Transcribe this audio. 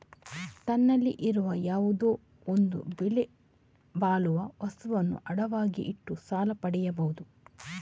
ತನ್ನಲ್ಲಿ ಇರುವ ಯಾವುದೋ ಒಂದು ಬೆಲೆ ಬಾಳುವ ವಸ್ತುವನ್ನ ಅಡವಾಗಿ ಇಟ್ಟು ಸಾಲ ಪಡಿಯುದು